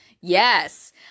yes